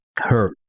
hurt